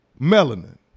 melanin